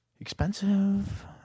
Expensive